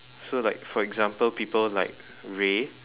so like for example people like ray